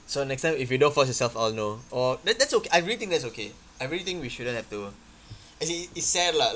so next time if you don't force yourself I'll know or that that's okay I really think that's okay I really think we shouldn't have to as in it's sad lah